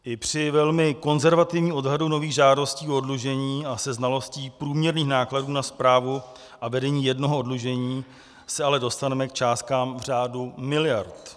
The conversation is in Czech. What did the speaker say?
I při velmi konzervativním odhadu nových žádostí o oddlužení a se znalostí průměrných nákladů na správu a vedení jednoho oddlužení se ale dostaneme k částkám v řádu miliard.